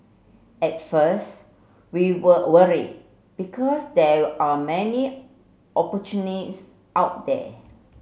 at first we were worried because there are many opportunists out there